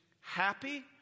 happy